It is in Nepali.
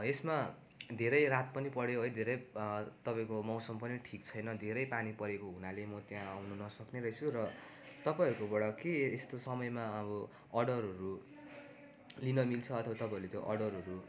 यसमा धेरै रात पनि पऱ्यो है धेरै तपाईँको मौसम पनि ठिक छैन धेरै पानी परेको हुनाले म त्यहाँ आउनु न सक्ने रहेछु र तपाईँहरूकोबाट के यस्तो समयमा अब अर्डरहरू लिन मिल्छ अथवा तपाईँहरूले त्यो अर्डरहरू